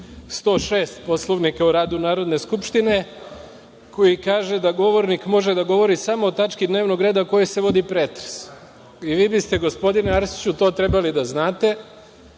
106. Poslovnika o radu Narodne skupštine koji kaže da govornik može da govori samo o tački dnevnog reda o kojoj se vodi pretres i vi biste gospodine Arsiću to trebali da znate.